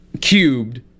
cubed